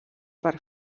per